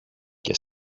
και